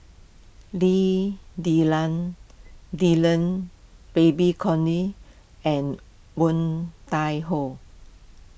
Lim Denan Denon Babes Conde and Woon Tai Ho